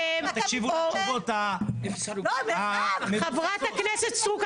לא מובן --- חברת הכנסת סטרוק,